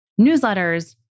newsletters